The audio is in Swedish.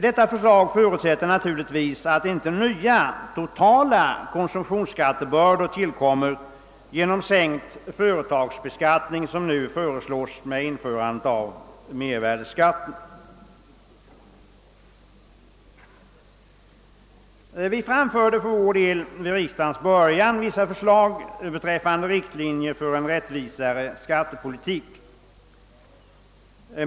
Detta förslag förutsätter naturligtvis att inte nya totala konsumtionsskattebördor tillkommer genom sänkt företagsbeskattning såsom nu föreslås genom införandet av mervärdeskatt. Vi framförde för vår del vid riksdagens början vissa förslag beträffande riktlinjer för en rättvisare skattepolitik.